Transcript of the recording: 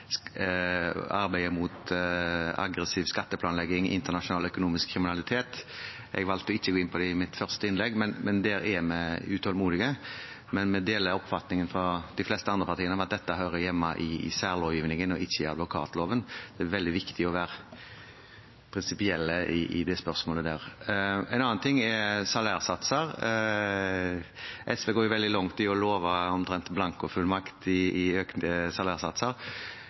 arbeidet mot aggressiv skatteplanlegging og internasjonal økonomisk kriminalitet. Jeg valgte å ikke gå inn på det i mitt første innlegg, men der er vi utålmodige. Vi deler oppfatningen til de fleste andre partiene om at dette hører hjemme i særlovgivningen og ikke i advokatloven. Det er viktig å være prinsipielle i det spørsmålet. En annen ting er salærsatser. SV går veldig langt i å love omtrent